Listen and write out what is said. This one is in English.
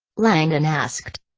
langdon asked.